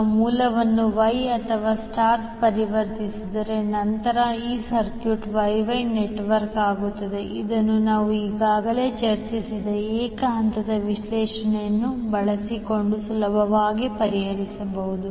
ಈಗ ಮೂಲವನ್ನು Y ಅಥವಾ ಸ್ಟಾರ್ ಪರಿವರ್ತಿಸಿದ ನಂತರ ಈ ಸರ್ಕ್ಯೂಟ್ Y Y ನೆಟ್ವರ್ಕ್ ಆಗುತ್ತದೆ ಇದನ್ನು ನಾವು ಈಗಾಗಲೇ ಚರ್ಚಿಸಿದ ಏಕ ಹಂತದ ವಿಶ್ಲೇಷಣೆಯನ್ನು ಬಳಸಿಕೊಂಡು ಸುಲಭವಾಗಿ ಪರಿಹರಿಸಬಹುದು